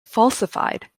falsified